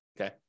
okay